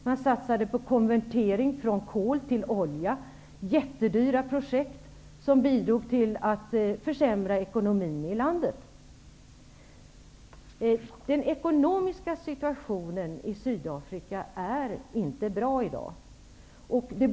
Man satsade på konvertering från kol till olja och på jättedyra projekt som bidrog till att försämra ekonomin i landet. Den ekonomiska situationen i Sydafrika är inte bra i dag.